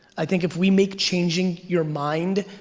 i think if we make changing your mind,